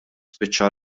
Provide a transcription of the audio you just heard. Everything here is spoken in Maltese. spiċċa